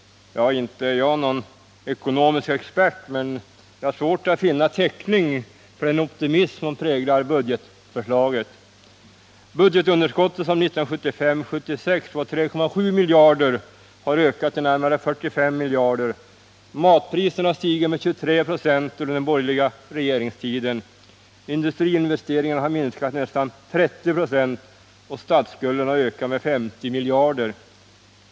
Inte är jag någon ekonomisk expert, men jag har svårt att finna täckning för den optimism som präglar budgetförslaget. Budgetunderskottet, som 1975/76 var 3,7 miljarder, har ökat till närmare 45 miljarder. Matpriserna har stigit med 23 926 under den borgerliga regeringstiden, industriinvesteringarna har minskat med nästan 30 26 och statsskulden har ökat med 50 miljarder.